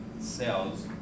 cells